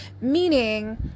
Meaning